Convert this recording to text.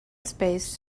space